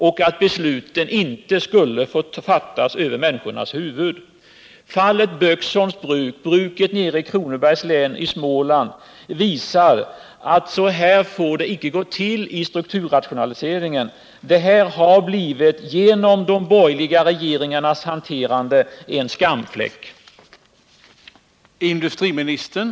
Vi ville vidare förhindra att besluten fattades över människornas huvuden. Fallet Böksholms bruk — bruket nere i Kronobergs län i Småland — visar hur det icke får gå till i strukturrationaliseringen. På grund av de borgerliga regeringarnas hanterande av denna fråga har detta blivit en skamfläck.